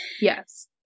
Yes